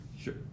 Sure